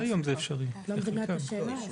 את לא מבינה את השאלה?